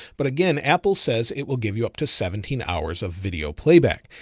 but again, apple says it will give you up to seventeen hours of video playback.